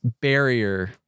barrier